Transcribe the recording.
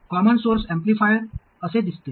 common source amplifier असे दिसते